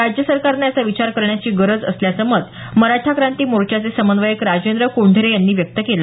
राज्य सरकारने याचा विचार करण्याची गरज असल्याचं मत मराठा क्रांती मोर्चाचे समन्वयक राजेंद्र कोंढेरे यांनी व्यक्त केले